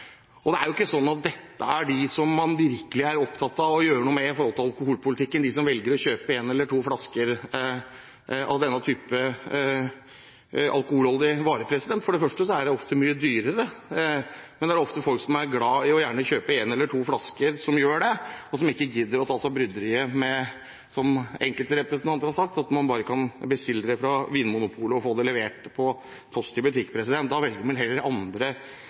er jo ikke sånn at dem som man virkelig er opptatt av å gjøre noe med i alkoholpolitikken, er de som velger å kjøpe en eller to flasker av denne typen alkoholholdig vare. For det første er det ofte mye dyrere, men det er også ofte folk som gjerne er glad i å kjøpe en eller to flasker, som gjør det, og som ikke gidder å ta seg bryderiet med – som enkelte representanter har sagt – bare å bestille det fra Vinmonopolet og få det levert på Post i Butikk. Da velger man heller andre